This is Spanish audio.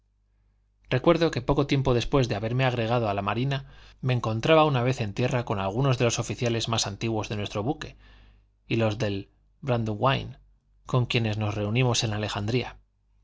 recuerdo que poco tiempo después de haberme agregado a la marina me encontraba una vez en tierra con algunos de los oficiales más antiguos de nuestro buque y los del brandywine con quienes nos reunimos en alejandría